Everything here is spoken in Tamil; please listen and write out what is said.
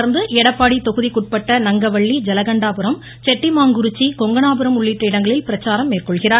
தொடர்ந்து எடப்பாடி தொகுதிக்குட்பட்ட நங்கவள்ளி ஜலகண்டாபுரம் செட்டிமாங்குறிச்சி கொங்கனாபுரம் உள்ளிட்ட இடங்களில் பிரச்சாரம் மேற்கொள்கிறார்